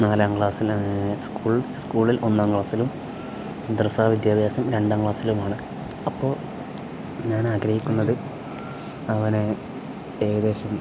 നാലാം ക്ലാസ്സിൽ സ്കൂൾ സ്കൂളിൽ ഒന്നാം ക്ലാസ്സിലും മന്ദ്രസ വിദ്യാഭ്യാസം രണ്ടാം ക്ലാസ്സിലുമാണ് അപ്പോൾ ഞാൻ ആഗ്രഹിക്കുന്നത് അവനെ ഏകദേശം